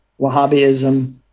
Wahhabism